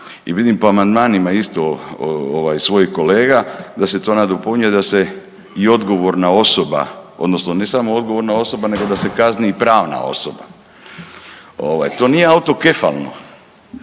i vidim po amandmanima isto ovaj svojih kolega da se to nadopunjuje da se i odgovorna osoba odnosno ne samo odgovorna osoba nego da se kazni i pravna osoba, ovaj to nije autokefalno,